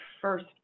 first